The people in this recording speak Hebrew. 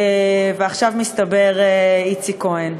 איציק כהן.